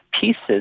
pieces